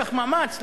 לקח מאמץ,